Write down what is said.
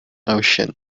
ocean